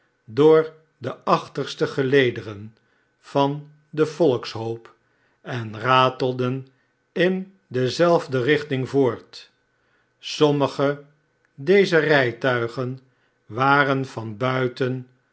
door de ach terste gelederen van den volkshoop en ratelden in dezelfde richting voort sommige dezer rijtuigen waren van buiten